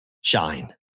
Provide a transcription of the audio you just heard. shine